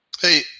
Hey